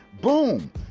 Boom